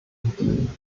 dienen